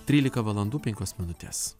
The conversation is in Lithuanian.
trylika valandų penkios minutės